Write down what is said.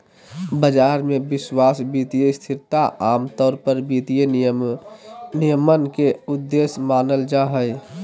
बाजार मे विश्वास, वित्तीय स्थिरता आमतौर पर वित्तीय विनियमन के उद्देश्य मानल जा हय